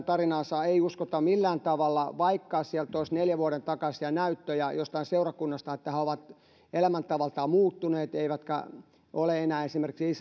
tarinaa ei uskota millään tavalla vaikka olisi neljän vuoden takaisia näyttöjä jostain seurakunnasta että he ovat elämäntavaltaan muuttuneet eivätkä ole enää esimerkiksi